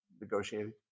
negotiating